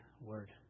word